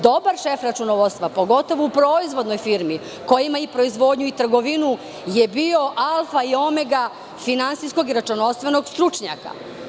Dobar šef računovodstva pogotovo u proizvodnoj firmi koji ima i proizvodnju i trgovinu je bio alfa i omega finansijsko-računovodstvenog stručnjaka.